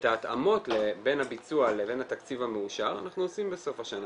את ההתאמות בין הביצוע לבין התקציב המאושר אנחנו עושים בסוף השנה.